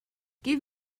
give